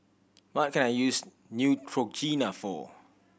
what can I use Neutrogena for